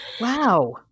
Wow